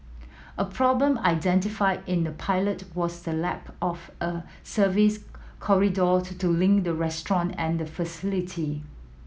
a problem identified in the pilot was the lack of a service corridor to link the restaurant and the facility